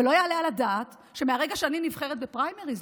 ולא יעלה על הדעת שמהרגע שאני נבחרת בפריימריז,